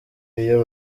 iyo